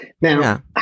Now-